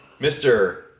Mr